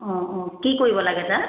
অঁ অঁ কি কৰিব লাগে তাৰ